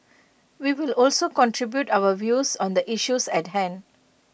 we will also contribute our views on the issues at hand